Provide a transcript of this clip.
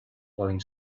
falling